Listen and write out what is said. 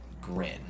grin